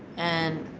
and